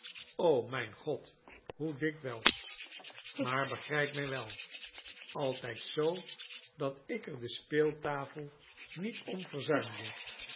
o mijn god hoe dikwijls maar begrijp mij wel altijd zoo dat ik er de speeltafel niet om